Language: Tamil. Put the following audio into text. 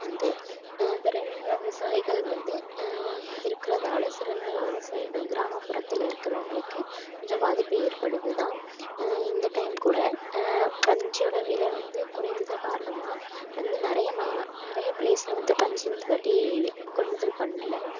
வந்து பெருநில விவசாயிகள் வந்து இருக்கிறதால சிறுநில விவசாயிகள் கிராமப்புறத்தில் இருக்கிறவங்களுக்கு கொஞ்சம் பாதிப்பு ஏற்படுது தான் இந்த டைம் கூட பஞ்சோடய விலை வந்து குறைந்தது காரணமாக வந்து நிறைய நிறைய பிளேஸில் வந்து பஞ்சு இந்த தாட்டி கொள்முதல் பண்ணலை